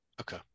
Okay